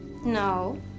No